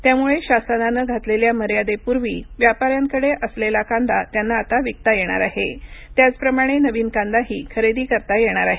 त्यामुळे शासनानं घातलेल्या मर्यादेपूर्वी व्यापाऱ्यांकडे असलेला कांदा त्यांना आता विकता येणार आहे त्याचप्रमाणे नवीन कांदाही खरेदी करता येणार आहे